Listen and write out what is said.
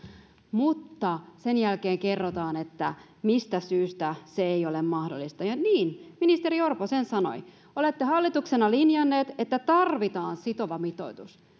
mutta sen jälkeen kerrotaan että mistä syystä se ei ole mahdollista ja niin ministeri orpo sen sanoi olette hallituksena linjanneet että tarvitaan sitova mitoitus